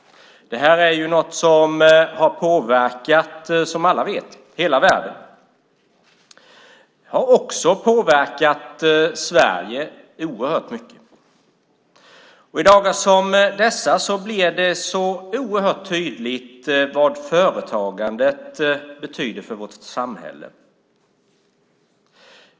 Detta påverkade, som alla vet, hela världen. Det påverkade även Sverige oerhört mycket. I dagar som dessa blir det mycket tydligt vad företagandet betyder för vårt samhälle.